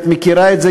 את מכירה את זה,